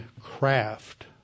craft